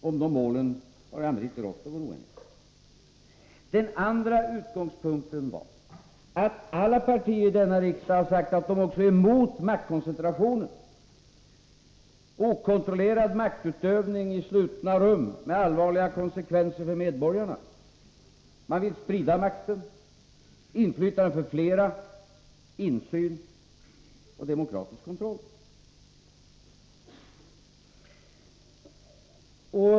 Om de målen har det i allmänhet inte rått oenighet. Den andra utgångspunkten var att alla partier i denna riksdag har sagt att de också är emot maktkoncentration — okontrollerad maktutövning i slutna rum med allvarliga konsekvenser för medborgarna. Man vill sprida makt, ge inflytande till flera, insyn och demokratisk kontroll.